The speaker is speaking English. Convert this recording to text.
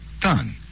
done